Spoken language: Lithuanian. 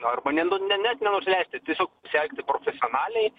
arba ne nu net nenusileisti tiesiog pasielgti profesionaliai